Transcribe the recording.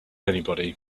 anybody